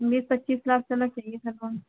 बीस पच्चीस लाख तक चाहिए था लोन